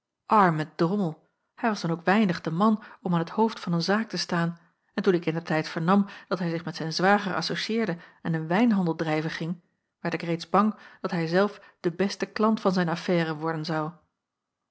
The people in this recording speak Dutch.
arme drommel hij was dan ook weinig de man om aan t hoofd van een zaak te staan en toen ik indertijd vernam dat hij zich met zijn zwager associëerde en een wijnhandel drijven ging werd ik reeds bang dat hij zelf de beste klant van zijn affaire worden zou